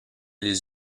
les